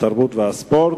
התרבות והספורט,